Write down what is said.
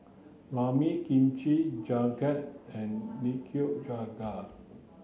Ramen Kimchi jjigae and Nikujaga